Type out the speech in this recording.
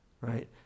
Right